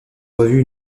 revues